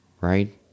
right